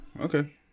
Okay